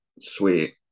Sweet